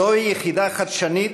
זוהי יחידה חדשנית,